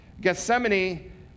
Gethsemane